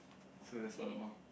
so that's one more